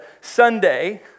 Sunday